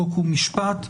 חוק ומשפט.